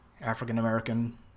African-American